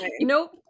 Nope